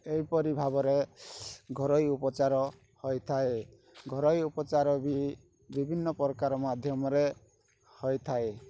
ଏହିପରି ଭାବରେ ଘରୋଇ ଉପଚାର ହୋଇଥାଏ ଘରୋଇ ଉପଚାର ବି ବିଭିନ୍ନ ପ୍ରକାର ମାଧ୍ୟମରେ ହୋଇଥାଏ